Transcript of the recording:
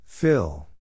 Fill